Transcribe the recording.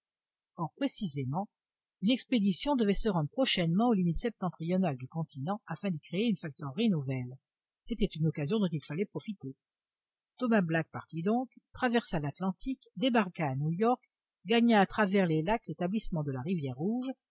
or précisément une expédition devait se rendre prochainement aux limites septentrionales du continent afin d'y créer une factorerie nouvelle c'était une occasion dont il fallait profiter thomas black partit donc traversa l'atlantique débarqua à new-york gagna à travers les lacs l'établissement de la rivière rouge